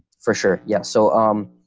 for sure. yeah. so um,